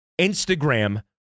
Instagram